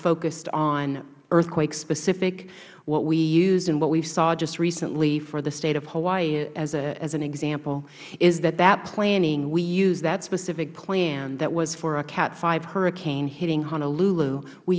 focused on earthquake specific what we use and what we saw just recently for the state of hawaii as an example is that that planning we use that specific plan that was for a category five hurricane hitting honolulu we